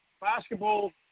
basketball